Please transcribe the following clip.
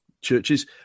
churches